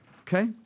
okay